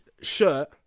shirt